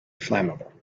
flammable